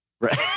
right